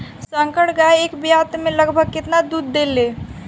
संकर गाय एक ब्यात में लगभग केतना दूध देले?